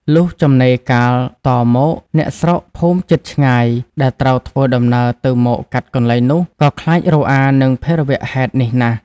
លុះចំណេរកាលតមក អ្នកស្រុក-ភូមិជិតឆ្ងាយ ដែលត្រូវធ្វើដំណើរទៅមកកាត់កន្លែងនោះ ក៏ខ្លាចរអានឹងភេរវៈហេតុនេះណាស់